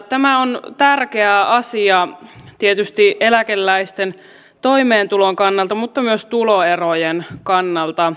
tämä on tärkeä asia tietysti eläkeläisten toimeentulon kannalta mutta myös tuloerojen kannalta